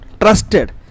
trusted